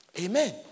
Amen